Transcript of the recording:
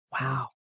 Wow